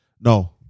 No